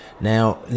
Now